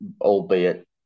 albeit